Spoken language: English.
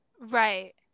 Right